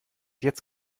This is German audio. jetzt